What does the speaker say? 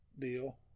deal